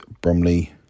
Bromley